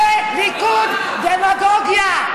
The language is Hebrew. זה ליכוד דמגוגיה.